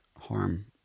harm